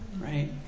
right